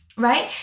right